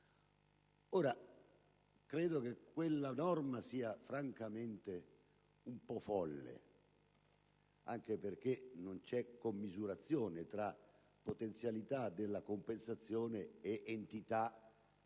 francamente che quella norma sia un po' folle, anche perché non c'è commisurazione tra potenzialità della compensazione ed entità del